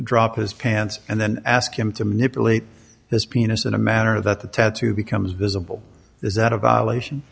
drop his pants and then ask him to manipulate his penis in a manner that the tattoo becomes visible is that a violation